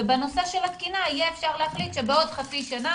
ובנושא של התקינה יהיה אפשר להחליט שבעוד חצי שנה,